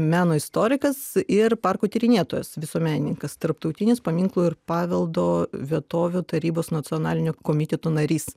meno istorikas ir parkų tyrinėtojas visuomenininkas tarptautinės paminklų ir paveldo vietovių tarybos nacionalinio komiteto narys